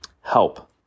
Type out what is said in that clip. Help